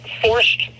forced